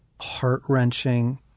heart-wrenching